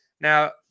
Now